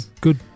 good